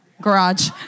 garage